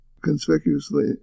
conspicuously